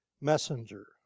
messenger